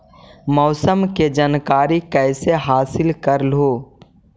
मौसमा के जनकरिया कैसे हासिल कर हू?